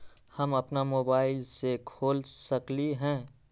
हम अपना मोबाइल से खोल सकली ह?